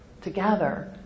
together